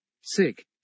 sick